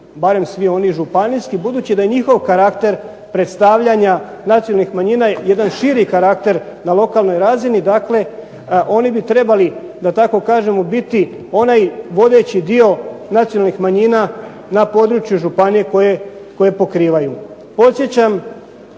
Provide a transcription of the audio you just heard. barem svi oni županijski budući da je njihov karakter predstavljanja nacionalnih manjina je jedan širi karakter na lokalnoj razini. Dakle oni bi trebali u biti onaj vodeći dio nacionalnih manjina na području županije koju pokrivaju.